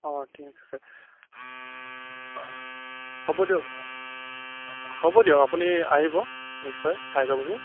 অঁ ঠিক আছে হ'ব দিয়ক হ'ব দিয়ক আপুনি আহিব নিশ্চয় চাই যাবহি